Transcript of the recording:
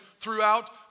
throughout